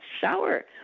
shower